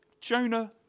Jonah